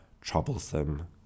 troublesome